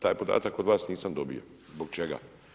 Taj podatak od vas nisam dobio, zbog čega?